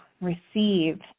receive